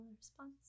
response